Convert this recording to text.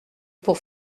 pour